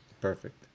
Perfect